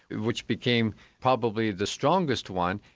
which became probably the strongest one,